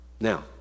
Now